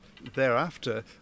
thereafter